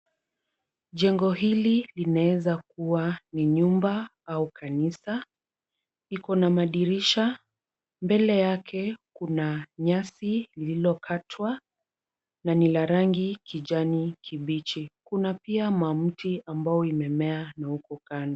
Jengo hili linaweza kuwa ni nyumba au kanisa liko na madirisha. Mbele yake kuna nyasi iliyokatwa na ni la rangi kijani kibichi. Kuna pia mamti ambayo imemea na huko kando.